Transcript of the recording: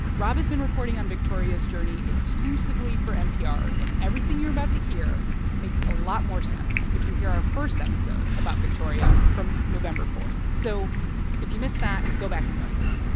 rob has been reporting on victoria's journey exclusively for npr, and everything you're about to hear makes a lot more sense if you hear our first episode about victoria from november four. so if you missed that, go back and listen.